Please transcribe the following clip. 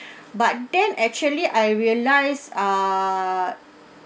but then actually I realise ah